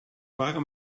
waren